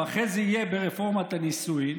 ואחרי זה יהיה ברפורמת הנישואין,